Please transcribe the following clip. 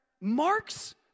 Mark's